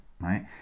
right